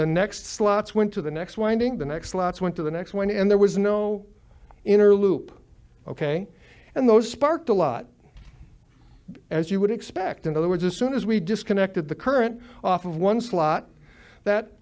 the next slots went to the next winding the next lots went to the next one and there was no inner loop ok and those sparked a lot as you would expect in other words as soon as we disconnected the current off of one slot that